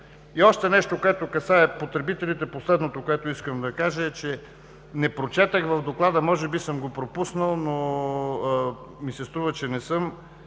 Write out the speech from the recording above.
Още нещо, което касае потребителите и последното, което искам да кажа е, че не прочетох в доклада, може би съм го пропуснал, но ми се струва, че не съм.